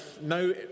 no